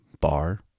bar